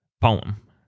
poem